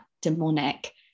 demonic